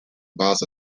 boss